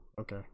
okay